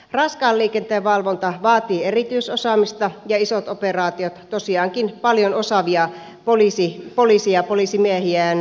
raskaan lii kenteen valvonta vaatii erityisosaamista ja isot operaatiot tosiaankin paljon osaavia poliiseja poliisimiehiä ja naisia